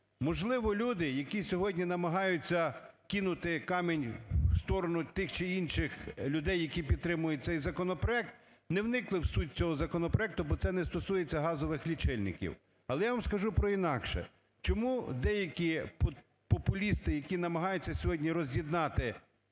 Можливо, люди, які сьогодні намагаються кинути камінь у сторону тих чи інших людей, які підтримують цей законопроект, не вникли в суть цього законопроекту, бо це не стосується газових лічильників. Але я вам скажу про інакше, чому деякі популісти, які намагаються сьогодні роз'єднати